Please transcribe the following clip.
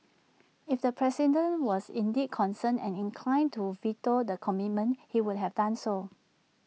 if the president was indeed concerned and inclined to veto the commitment he would have done so